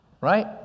Right